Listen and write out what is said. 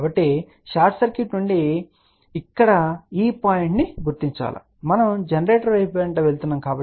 కాబట్టి short circuit నుండి ఇక్కడ ఈ పాయింట్ గుర్తించండి మనము జనరేటర్ వైపు వెళ్తున్నాము